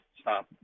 stop